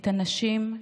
את הנשים,